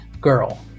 girl